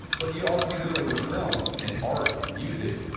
but you all see this like with films and art and music,